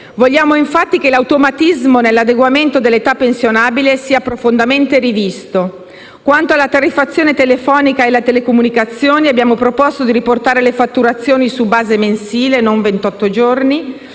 Vogliamo, infatti, che l'automatismo nell'adeguamento dell'età pensionabile sia profondamente rivisto. Quanto alla tariffazione telefonica e alle telecomunicazioni, abbiamo proposto di riportare le fatturazioni su base mensile (non ventotto